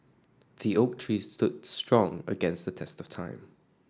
the oak tree stood strong against the test of time